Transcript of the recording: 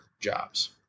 jobs